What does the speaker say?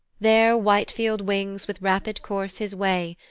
there whitefield wings with rapid course his way,